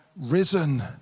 risen